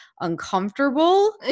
uncomfortable